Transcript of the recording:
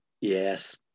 Yes